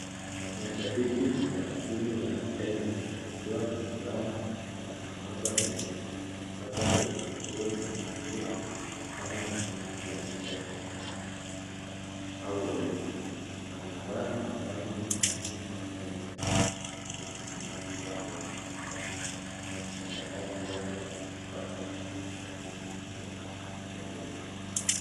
Mashabiki wa timu ya Kenya wakiwa na furaha na hamafa kubwa. Labda kwenye tukio la mchezo, kama mechi ya soka, au olimpiki. Na wamevaa mavazi ya rangi z Kenya , nyeusi, nyekundu, kijani kibichi , na baadhi yao wamepaka rangi usoni, kuonyesha uzalendo.